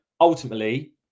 ultimately